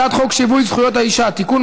להצבעה על הצעת חוק שיווי זכויות האישה (תיקון,